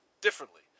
differently